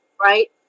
right